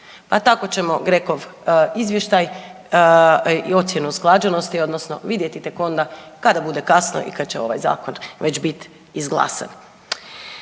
Pa tako ćemo GRECO-ov Izvještaj i ocjenu usklađenosti odnosno vidjeti tek onda kada bude kasno i kada će ovaj Zakon već biti izglasan.